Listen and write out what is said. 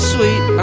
Sweet